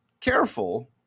careful